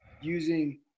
using